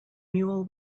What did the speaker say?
mule